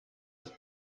ist